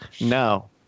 No